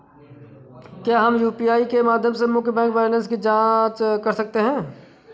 क्या हम यू.पी.आई के माध्यम से मुख्य बैंक बैलेंस की जाँच कर सकते हैं?